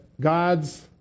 God's